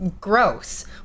gross